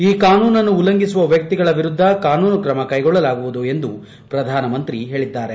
ಈ ಕಾನೂನನ್ನು ಉಲ್ಲಂಘಿಸುವ ವ್ಯಕ್ತಿಗಳ ವಿರುದ್ದ ಕಾನೂನು ಕ್ರಮ ಕೈಗೊಳ್ಳಲಾಗುತ್ತದೆ ಎಂದು ಪ್ರಧಾನ ಮಂತ್ರಿ ಹೇಳಿದ್ದಾರೆ